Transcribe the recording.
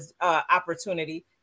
opportunity